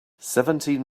seventeen